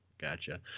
gotcha